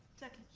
second.